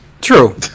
True